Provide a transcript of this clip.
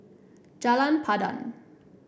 Jalan Pandan